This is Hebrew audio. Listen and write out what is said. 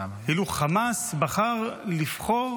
כאילו חמאס בחר לבחור